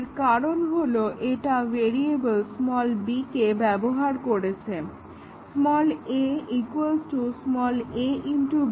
এর কারণ হলো এটা ভেরিয়াবল b কে ব্যবহার করছে a a b